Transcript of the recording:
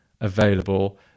available